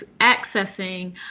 accessing